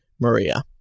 Maria